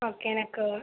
okay எனக்கு